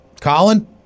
Colin